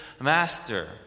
Master